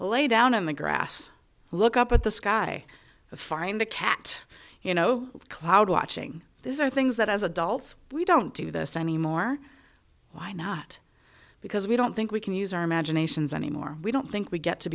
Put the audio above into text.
lay down in the grass look up at the sky find a cat you know cloud watching these are things that as adults we don't do this anymore why not because we don't think we can use our imaginations anymore we don't think we get to